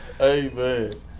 Amen